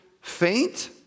faint